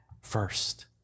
first